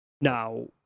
Now